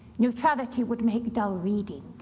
neutrality would make dull reading.